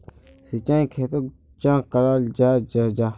सिंचाई खेतोक चाँ कराल जाहा जाहा?